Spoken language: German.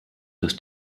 dass